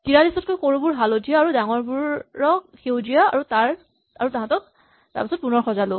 ৪৩ তকৈ সৰুবোৰ হালধীয়া আৰু ডাঙৰবোৰ সেউজীয়া আৰু তাহাঁতক পুণৰ সজালো